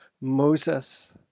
Moses